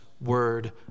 word